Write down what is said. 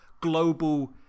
global